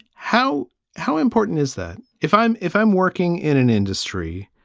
how how important is that? if i'm if i'm working in an industry,